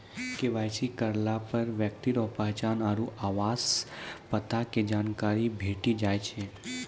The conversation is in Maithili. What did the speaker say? के.वाई.सी करलापर ब्यक्ति रो पहचान आरु आवास पता के जानकारी भेटी जाय छै